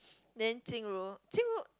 then Jing-Ru Jing-Ru